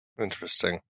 Interesting